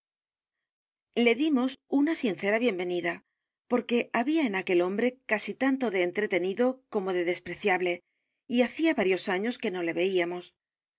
le dimos una sincera bienvenida porque había en aquel hombre casi tanto de entretenido como de despreciable y hacía varios años que no le veíamos